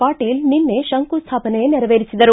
ಪಾಟೀಲ್ ನಿನ್ನೆ ಶಂಕುಸ್ಥಾಪನೆ ನೆರವೇರಿಸಿದರು